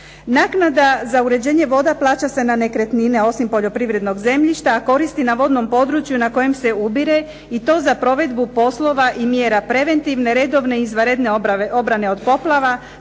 Naknada za uređenje voda plaća se na nekretnine, osim poljoprivrednog zemljišta, a koristi na vodnom području na kojem se ubire i to za provedbu poslova i mjera preventivne, redovne i izvanredne obrane od poplava,